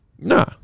Nah